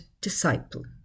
disciple